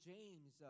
James